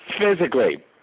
physically